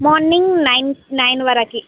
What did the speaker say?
morning nine nine వరకు